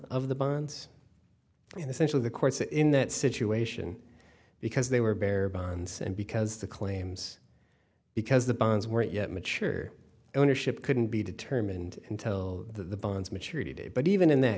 of the bonds and essentially the courts in that situation because they were barry bonds and because the claims because the bonds weren't yet mature ownership couldn't be determined until the bonds maturity date but even in that